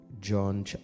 john